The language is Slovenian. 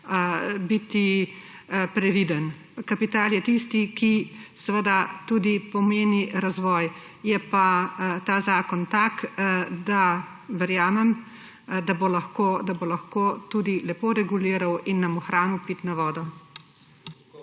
biti kar previden. Kapital je tisti, ki pomeni tudi razvoj. Je pa ta zakon tak, verjamem, da bo lahko tudi lepo reguliral in nam ohranil pitno vodo.